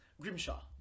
Grimshaw